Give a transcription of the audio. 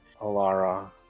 Alara